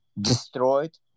destroyed